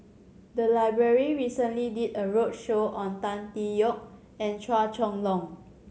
the library recently did a roadshow on Tan Tee Yoke and Chua Chong Long